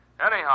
Anyhow